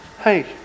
Hey